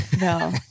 no